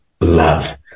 love